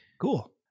Cool